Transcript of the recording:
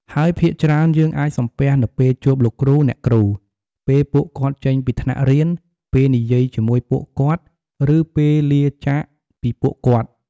ហើយភាគច្រើន យើងអាចសំពះនៅពេលជួបលោកគ្រូ អ្នកគ្រូ ពេលពួកគាត់ចេញពីថ្នាក់រៀន ពេលនិយាយជាមួយពួកគាត់ ឬពេលលាចាកពីពួកគាត់។